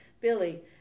Billy